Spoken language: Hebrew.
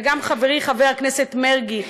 וגם חברי חבר הכנסת מרגי.